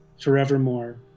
forevermore